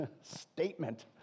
statement